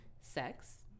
sex